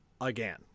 again